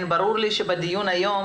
ברור לי שלא נסתפק בדיון היום,